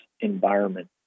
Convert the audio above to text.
environment